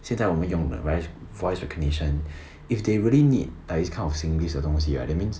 现在我们用的 voice voice recognition if they really need like this kind of singlish 的东西 right that means